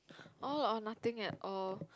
oh or nothing at all